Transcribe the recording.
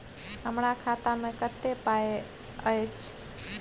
हमरा खाता में कत्ते पाई अएछ?